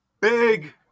big